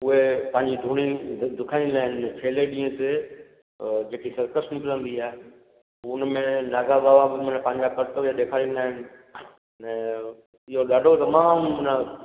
उहे पंहिंजी धूणी दु दुखाईंदा आहिनि छेले ॾींहं ते जे की सरकसि निकिरंदी आहे हुन में नागा बावा पांजा करतव्य ॾिखारींदा आहिनि अने इहो ॾाढो तमामु हुन